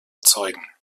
erzeugen